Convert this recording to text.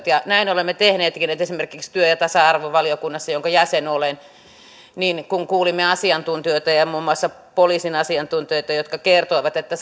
ja näin olemme tehneetkin esimerkiksi työ ja tasa arvovaliokunnassa jonka jäsen olen kuulimme asiantuntijoita ja ja muun muassa poliisin asiantuntijoita jotka kertoivat että